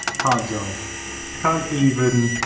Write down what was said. hard drive. i can't even